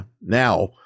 Now